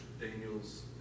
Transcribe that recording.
Daniel's